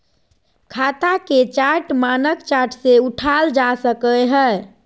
खाता के चार्ट मानक चार्ट से उठाल जा सकय हइ